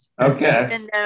Okay